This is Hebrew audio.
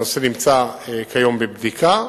הנושא נמצא כיום בבדיקה,